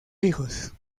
hijos